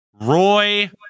Roy